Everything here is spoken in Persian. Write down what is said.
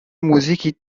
موزیکی